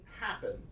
happen